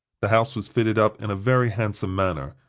the house was fitted up in a very handsome manner,